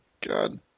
God